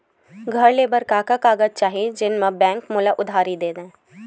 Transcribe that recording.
घर ले बर का का कागज चाही जेम मा बैंक हा मोला उधारी दे दय?